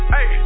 Hey